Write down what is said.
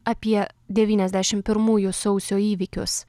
apie devyniasdešim pirmųjų sausio įvykius